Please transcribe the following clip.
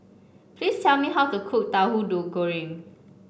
please tell me how to cook Tauhu Goreng